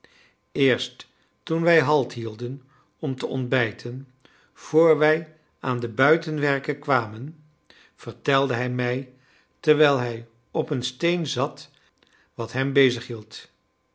eerst toen wij halt hielden om te ontbijten vr wij aan de buitenwerken kwamen vertelde hij mij terwijl hij op een steen zat wat hem